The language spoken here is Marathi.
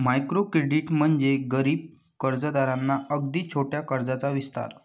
मायक्रो क्रेडिट म्हणजे गरीब कर्जदारांना अगदी छोट्या कर्जाचा विस्तार